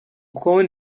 joven